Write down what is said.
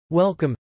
Welcome